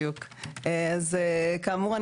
כאמור,